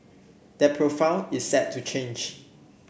that profile is set to change